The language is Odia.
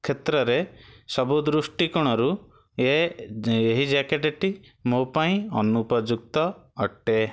କ୍ଷେତ୍ରରେ ସବୁ ଦୃଷ୍ଟିକୋଣରୁ ଏ ଏହି ଜ୍ୟାକେଟେଟି ମୋ ପାଇଁ ଅନୁପଯୁକ୍ତ ଅଟେ